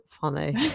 funny